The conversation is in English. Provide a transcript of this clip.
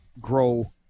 grow